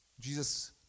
Jesus